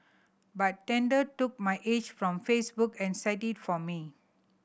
but Tinder took my age from Facebook and set it for me